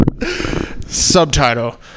Subtitle